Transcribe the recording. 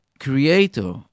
creator